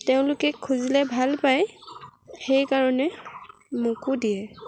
তেওঁলোকে খুজিলে ভাল পায় সেই কাৰণে মোকো দিয়ে